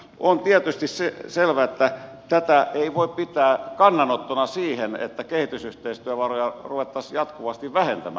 on tietysti selvää että tätä ei voi pitää kannanottona siihen että kehitysyhteistyövaroja ruvettaisiin jatkuvasti vähentämään